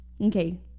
Okay